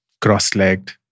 cross-legged